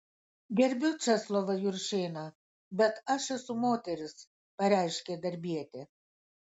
gerbiu česlovą juršėną bet aš esu moteris pareiškė darbietė